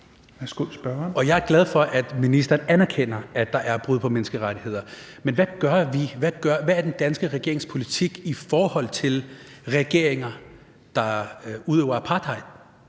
Jeg er glad for, at ministeren anerkender, at der er brud på menneskerettigheder. Men hvad gør vi? Hvad er den danske regerings politik i forhold til regeringer, der udøver apartheid?